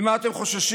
ממה אתם חוששים?